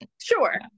sure